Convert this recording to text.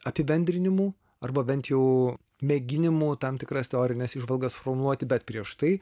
apibendrinimų arba bent jau mėginimų tam tikras teorines įžvalgas formuluoti bet prieš tai